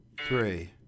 three